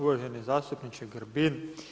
Uvaženi zastupniče Grbin.